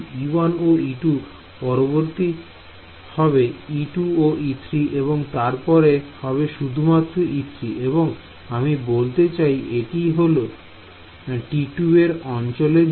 e1 ও e2 পরবর্তী হবে e2 ও e3 এবং তারপরে হবে শুধু e3 এবং আমি বলতে চাই এটি এল T2 র অঞ্চলের জন্য